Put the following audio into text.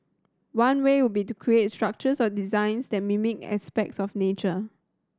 one way would be to create structures or designs that mimic aspects of nature